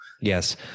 Yes